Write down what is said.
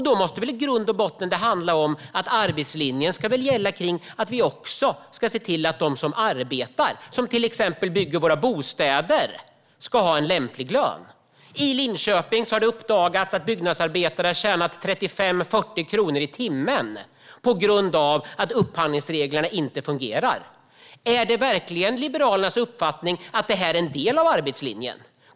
Då måste det väl i grund och botten handla om att arbetslinjen också ska gälla i fråga om att vi ser till att de som arbetar - till exempel de som bygger våra bostäder - ska ha en lämplig lön. I Linköping har det uppdagats att byggnadsarbetare har tjänat 35-40 kronor i timmen, på grund av att upphandlingsreglerna inte fungerar. Är det verkligen Liberalernas uppfattning att detta är en del av arbetslinjen?